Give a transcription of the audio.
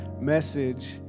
message